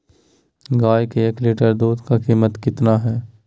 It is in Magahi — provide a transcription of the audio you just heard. गाय के एक लीटर दूध का कीमत कितना है?